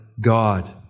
God